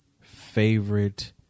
favorite